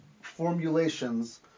formulations